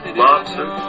lobster